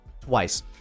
twice